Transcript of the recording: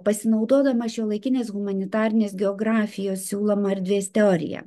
pasinaudodama šiuolaikinės humanitarinės geografijos siūloma erdvės teorija